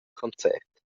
concert